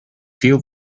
feel